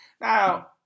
now